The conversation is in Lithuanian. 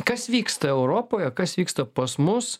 kas vyksta europoje kas vyksta pas mus